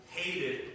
hated